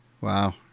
wow